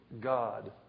God